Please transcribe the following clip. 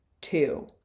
two